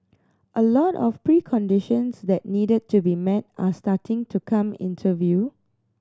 a lot of preconditions that needed to be met are starting to come into view